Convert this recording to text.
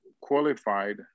qualified